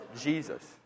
Jesus